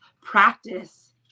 practice